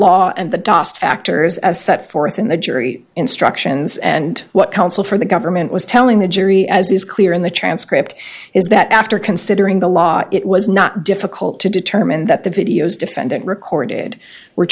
law and the das factors as set forth in the jury instructions and what counsel for the government was telling the jury as is clear in the transcript is that after considering the law it was not difficult to determine that the videos defendant recorded were